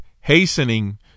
hastening